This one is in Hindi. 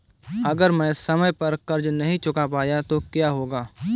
अगर मैं समय पर कर्ज़ नहीं चुका पाया तो क्या होगा?